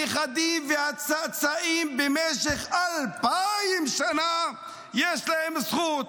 לנכדים ולצאצאים במשך 2,000 שנה יש זכות.